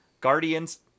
Guardians